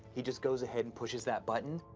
he just goes ahead and pushes that button?